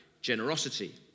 generosity